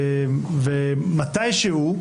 בזמן כלשהו,